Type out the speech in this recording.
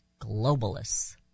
globalists